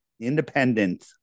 independent